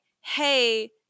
Hey